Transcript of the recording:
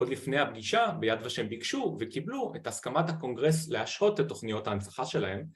‫עוד לפני הפגישה ביד ושם ביקשו ‫וקיבלו את הסכמת הקונגרס ‫להשהות את תוכניות ההנצחה שלהם.